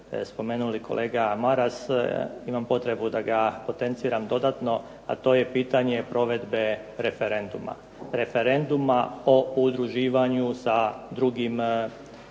spomenuli kolega Maras, imam potrebu da ga potenciram dodatno, a to je pitanje provedbe referenduma, referenduma o udruživanju sa drugim